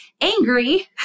angry